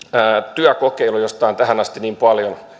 työkokeilu josta on tähän asti niin paljon